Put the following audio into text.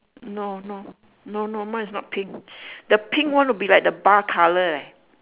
no no no no mine is not pink the pink one would be like the bar colour eh